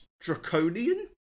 draconian